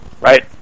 right